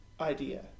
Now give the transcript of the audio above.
idea